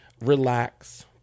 relax